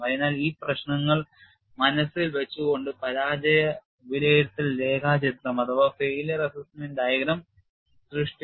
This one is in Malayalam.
അതിനാൽ ഈ പ്രശ്നങ്ങൾ മനസ്സിൽ വച്ച് കൊണ്ട് പരാജയ വിലയിരുത്തൽ രേഖാചിത്രം failure assessment diagram സൃഷ്ടിച്ചു